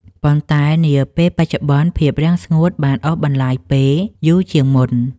ប៉ុន្តែនាពេលបច្ចុប្បន្ន ភាពរាំងស្ងួតបានអូសបន្លាយពេលយូរជាងមុន។